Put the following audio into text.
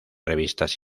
revistas